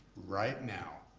right now,